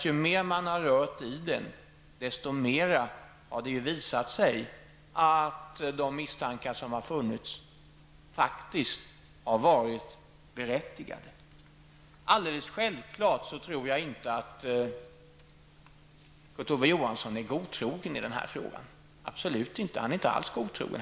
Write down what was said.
Ju mer man har rört i den, desto mer har det visat sig att de misstankar som har funnits faktiskt varit berättigade. Jag tror självfallet inte att Kurt Ove Johansson är godtrogen i den här frågan, absolut inte. Han är inte alls godtrogen.